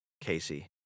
Casey